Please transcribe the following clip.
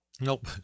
Nope